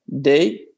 day